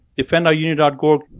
defendourunion.org